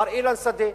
מר אילן שדה,